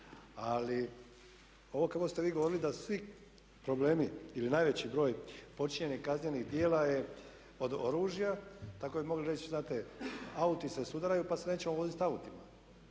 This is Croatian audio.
Ali, ovo kako ste vi govorili da svi problemi ili najveći broj počinjenih kaznenih djela je od oružja. Tako bi mogli reći, znate, auti se sudaraju pa se nećemo voziti autima.